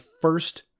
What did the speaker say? first